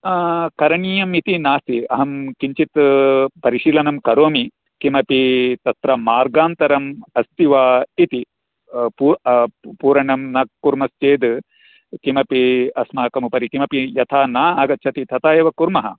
करणीयम् इति नास्ति अहं परिशिलनं करोमि किमपि तत्र मार्गान्तरम् अस्ति वा इति पू पूरणं न कुर्मश्चेत् किमपि अस्माकमुपरि किमपि यथा न आगच्छति तथा एव कुर्मः